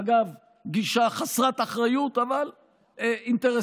אגב, גישה חסרת אחריות, אבל אינטרסנטית.